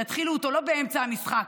תתחילו אותו לא באמצע המשחק,